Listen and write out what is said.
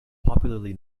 popularly